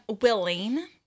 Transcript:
willing